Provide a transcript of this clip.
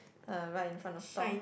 uh right in front of store